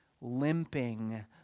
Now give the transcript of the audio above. limping